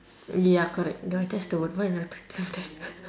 ya correct ya that's the word why I never to think of that